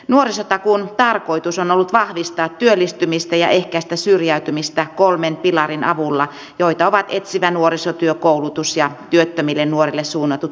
nuorisotakuun tarkoitus on ollut vahvistaa työllistymistä ja ehkäistä syrjäytymistä kolmen pilarin avulla joita ovat etsivä nuorisotyö koulutus ja työttömille nuorille suunnatut tehostetut palvelut